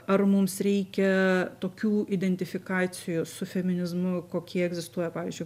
ar mums reikia tokių identifikacijų su feminizmu kokie egzistuoja pavyzdžiui